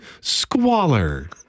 squalor